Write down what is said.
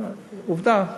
עובדה,